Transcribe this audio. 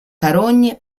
carogne